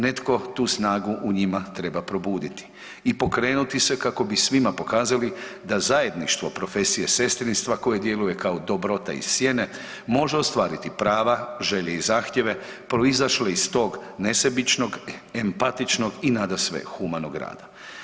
Netko tu snagu u njima treba probuditi i pokrenuti se kako bi svima pokazali da zajedništvo profesije sestrinstva koja djeluje kao dobrota i sjeme može ostvariti prava, želje i zahtjeve proizašle iz tog nesebičnog, ampatičnog i nadasve humanog rada.